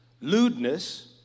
Lewdness